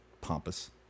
pompous